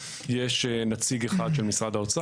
יש נציג אחד של משרד האוצר.